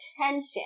attention